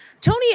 Tony